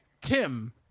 Tim